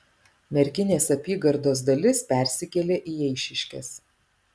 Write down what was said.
merkinės apygardos dalis persikėlė į eišiškes